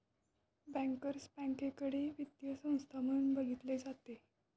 bankers बँकेकडे वित्तीय संस्था म्हणून बघितले जाते